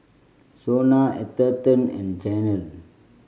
SONA Atherton and Chanel